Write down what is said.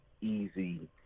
easy